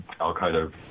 al-Qaeda